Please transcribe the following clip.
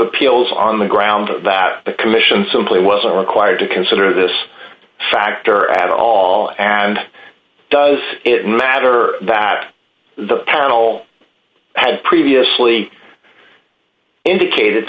appeals on the grounds that the commission simply wasn't required to consider this factor at all and does it matter that the panel had previously indicated